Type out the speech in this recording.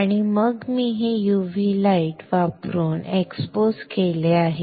आणि मग मी हे UV प्रकाश वापरून एक्सपोज केले आहे